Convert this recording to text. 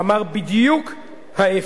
אמר בדיוק ההיפך.